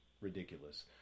ridiculous